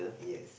yes